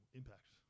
impact